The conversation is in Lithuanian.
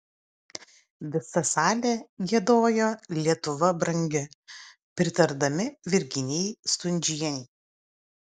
visa salė giedojo lietuva brangi pritardami virginijai stundžienei